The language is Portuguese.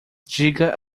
diga